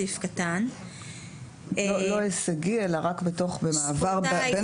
סעיף קטן --- לא הישגי אלא רק במעבר בין